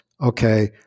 okay